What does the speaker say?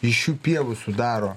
iš šių pievų sudaro